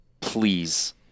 please